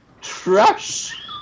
Trash